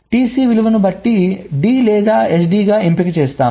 TC విలువను బట్టి D లేదా SD గాని ఎంపిక చేస్తాము